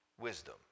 wisdom